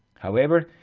however,